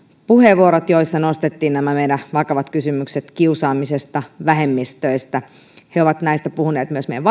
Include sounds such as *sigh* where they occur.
puheenvuorot joissa nostettiin nämä meidät vakavat kysymykset kiusaamisesta vähemmistöistä he ovat näistä puhuneet myös meidän *unintelligible*